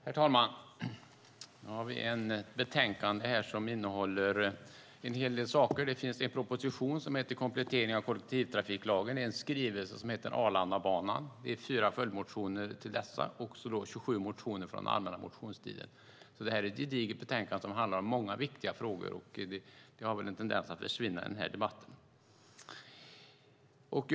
Herr talman! Betänkandet innehåller en hel del saker: propositionen Komplettering av kollektivtrafiklagen , skrivelsen Arlandabanan , fyra följdmotioner till dessa samt 27 motioner från allmänna motionstiden. Det är alltså ett gediget betänkande som handlar om många viktiga frågor, men det har väl en tendens att försvinna i debatten här.